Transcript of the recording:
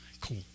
Cool